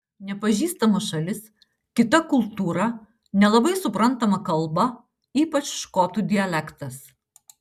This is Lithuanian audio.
nepažįstama šalis kita kultūra nelabai suprantama kalba ypač škotų dialektas